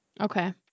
Okay